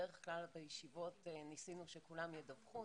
בדרך כלל בישיבות ניסינו שכולם ידווחו,